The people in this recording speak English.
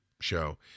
show